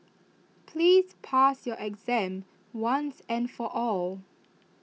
please pass your exam once and for all